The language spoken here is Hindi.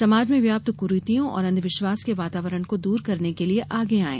समाज में व्याप्त कुरीतियों और अंधविश्वास के वातावरण को दूर करने के लिये आगे आयें